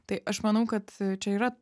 tai aš manau kad čia yra